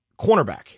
Cornerback